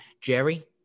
Jerry